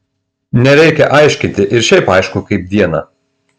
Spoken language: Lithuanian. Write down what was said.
nereikia aiškinti ir šiaip aišku kaip dieną